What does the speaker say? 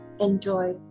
Enjoy